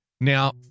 Now